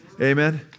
Amen